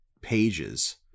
pages